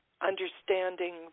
understanding